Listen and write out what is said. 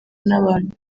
n’abantu